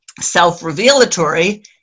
self-revelatory